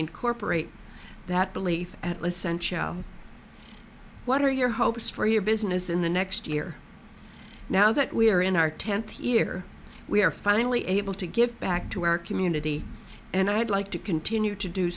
incorporate that belief at what are your hopes for your business in the next year now that we are in our tenth year we are finally able to give back to our community and i'd like to continue to do